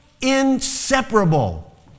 inseparable